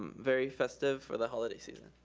um very festive for the holiday season.